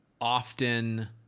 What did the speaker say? often